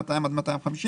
מ-150 אלף עד 200 אלף,